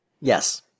Yes